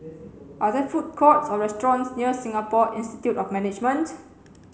are they food courts or restaurants near Singapore Institute of Management